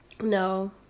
No